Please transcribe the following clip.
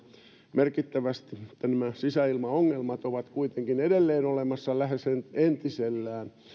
merkittävästi mutta sisäilmaongelmat ovat kuitenkin edelleen olemassa lähes entisellään